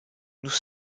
nous